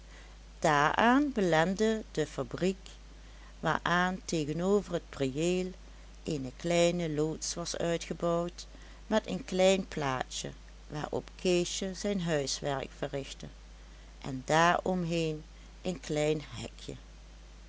daaraan belendde de fabriek waaraan tegenover t priëel eene kleine loods was uitgebouwd met een klein plaatsje waarop keesje zijn huiswerk verrichtte en daaromheen een klein hekje